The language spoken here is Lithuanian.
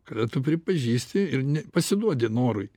kada tu pripažįsti ir pasiduodi norui